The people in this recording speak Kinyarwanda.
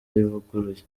ivuguruye